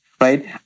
Right